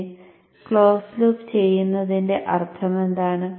പിന്നെ close loop ചെയ്യുന്നതിന്റെ അർത്ഥമെന്താണ്